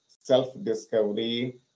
self-discovery